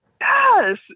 Yes